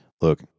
Look